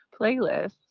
playlist